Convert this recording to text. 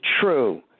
true